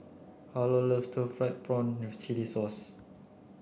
Harlow loves stir fried prawn with chili sauce